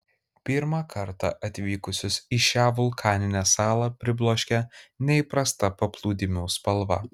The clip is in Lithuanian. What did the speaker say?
pirmą kartą atvykusius į šią vulkaninę salą pribloškia neįprasta paplūdimių spalva